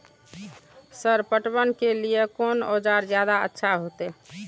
Sir पटवन के लीऐ कोन औजार ज्यादा अच्छा होते?